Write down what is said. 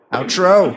Outro